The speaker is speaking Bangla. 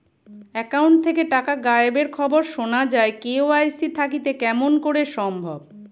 একাউন্ট থাকি টাকা গায়েব এর খবর সুনা যায় কে.ওয়াই.সি থাকিতে কেমন করি সম্ভব?